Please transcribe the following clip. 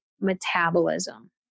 metabolism